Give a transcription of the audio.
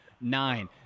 nine